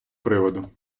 приводу